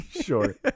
Sure